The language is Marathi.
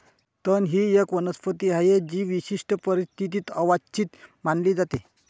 तण ही एक वनस्पती आहे जी विशिष्ट परिस्थितीत अवांछित मानली जाते